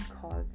called